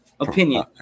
opinion